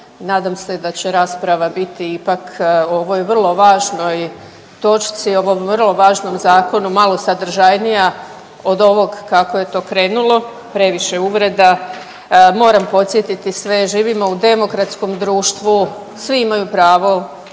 nadam se da će rasprava biti ipak o ovoj vrlo važnoj točci, o ovom vrlo važnom zakonu malo sadržajnija od ovog kako je to krenulo. Previše uvreda. Moram podsjetiti sve, živimo u demokratskom društvu, svi imaju prvo